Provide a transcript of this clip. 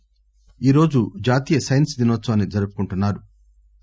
science day ఈరోజు జాతీయ science దినోత్పవాన్ని జరుపుకుంటున్నా రు